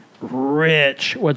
rich